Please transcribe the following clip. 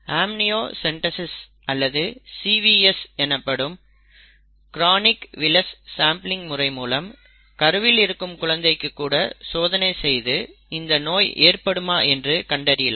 amniocentesis அல்லது CVS எனப்படும் chorionic villus sampling முறை மூலம் கருவில் இருக்கும் குழந்தைக்கு கூட சோதனை செய்து இந்த நோய் ஏற்படுமா என்று கண்டறியலாம்